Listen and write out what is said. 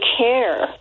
care